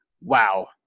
wow